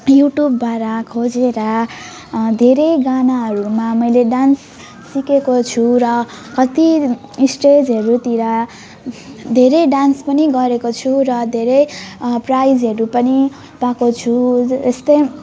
युट्युबबाट खोजेर धेरै गानाहरू मा मैले डान्स सिकेको छु र कति स्टेजहरूतिर धेरै डान्स पनि गरेको छु र धेरै प्राइजहरू पनि पाएको छु यस्तै